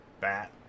bat